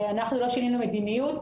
אנחנו לא שינינו מדיניות,